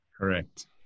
Correct